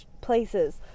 places